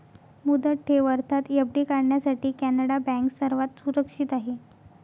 मुदत ठेव अर्थात एफ.डी काढण्यासाठी कॅनडा बँक सर्वात सुरक्षित आहे